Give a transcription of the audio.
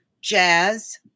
jazz –